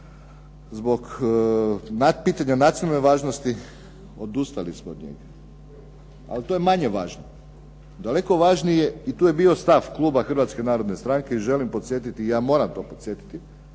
zbog pitanja nacionalne važnosti, odustali smo od njega. Ali to je manje važno. Daleko važnije i tu je bio stav kluba Hrvatske narodne stranke i ja moram podsjetiti i ja želim podsjetiti